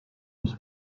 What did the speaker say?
mis